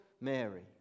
Mary